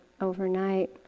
overnight